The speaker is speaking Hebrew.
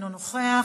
אינו נוכח.